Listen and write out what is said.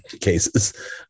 cases